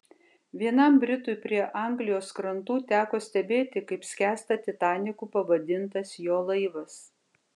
vienam britui prie anglijos krantų teko stebėti kaip skęsta titaniku pavadintas jo laivas